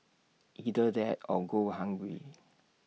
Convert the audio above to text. either that or go hungry